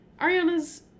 Ariana's